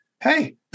Hey